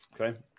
Okay